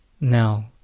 now